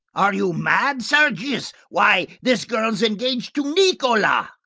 are you mad, sergius? why, this girl's engaged to nicola.